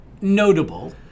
notable